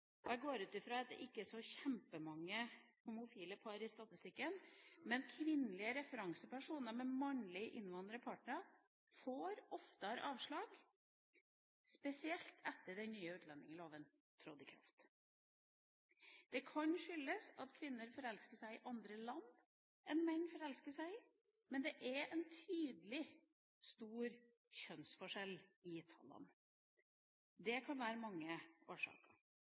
at det ikke er kjempemange homofile par i statistikken, men kvinnelige referansepersoner med mannlig innvandret partner får oftere avslag, spesielt etter at den nye utlendingsloven trådte i kraft. Det kan skyldes at kvinner forelsker seg i andre land enn menn forelsker seg i, men det er en tydelig, stor kjønnsforskjell i tallene. Det kan ha mange årsaker.